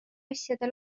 asjade